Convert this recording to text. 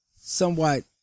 Somewhat